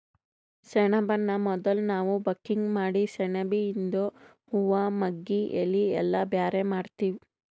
ಸೆಣಬನ್ನ ಮೊದುಲ್ ನಾವ್ ಬಕಿಂಗ್ ಮಾಡಿ ಸೆಣಬಿಯಿಂದು ಹೂವಾ ಮಗ್ಗಿ ಎಲಿ ಎಲ್ಲಾ ಬ್ಯಾರೆ ಮಾಡ್ತೀವಿ